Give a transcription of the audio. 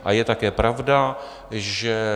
A je také pravda, že